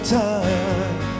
time